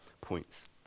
points